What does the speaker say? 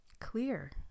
clear